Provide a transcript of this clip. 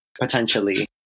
potentially